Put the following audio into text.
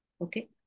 okay